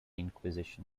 inquisition